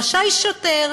רשאי שוטר"